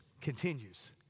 continues